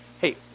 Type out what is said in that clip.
Hey